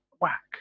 whack